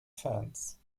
fans